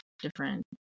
different